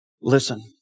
Listen